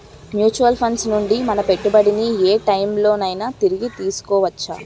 Mutual funds నుండి మన పెట్టుబడిని ఏ టైం లోనైనా తిరిగి తీసుకోవచ్చా?